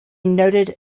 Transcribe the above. noted